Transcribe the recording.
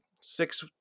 six